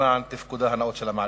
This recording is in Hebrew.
למען תפקודה הנאות של המערכת.